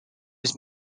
was